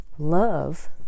Love